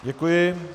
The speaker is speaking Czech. Děkuji.